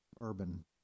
urban